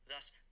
Thus